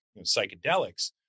psychedelics